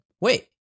wait